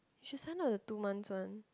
should sign up the two months one